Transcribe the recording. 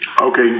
Okay